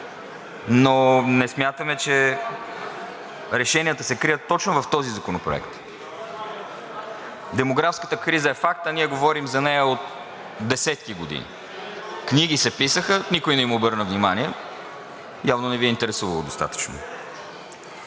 но не смятаме, че решенията се крият точно в този законопроект. Демографската криза е факт, а ние говорим за нея, и то десетки години. Книги се писаха, никой не им обърна внимание, явно не Ви е интересувало достатъчно.